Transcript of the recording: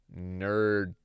nerd